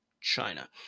China